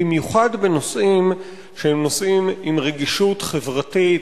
במיוחד בנושאים שהם נושאים עם רגישות חברתית,